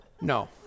No